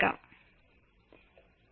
ഇത് ഒരുതരം വൈകാരിക അസ്വസ്ഥത സൃഷ്ടിച്ചേക്കാം